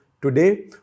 today